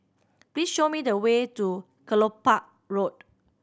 please show me the way to Kelopak Road